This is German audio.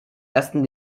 ersten